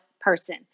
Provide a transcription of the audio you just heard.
person